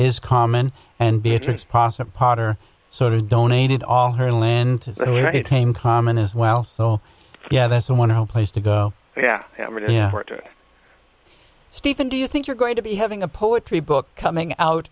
is common and beatrice possible potter sort of donated all her land tame common as well so yeah that's a wonderful place to go yeah stephen do you think you're going to be having a poetry book coming out